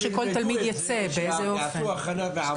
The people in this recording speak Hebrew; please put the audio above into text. שיעשו הכנה בעבודות גמר.